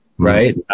Right